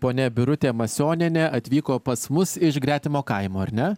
ponia birutė masionienė atvyko pas mus iš gretimo kaimo ar ne